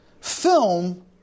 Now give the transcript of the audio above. film